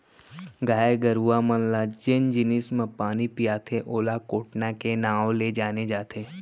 गाय गरूवा मन ल जेन जिनिस म पानी पियाथें ओला कोटना के नांव ले जाने जाथे